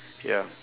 ya